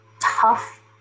tough